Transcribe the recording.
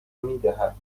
میدهد